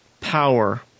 power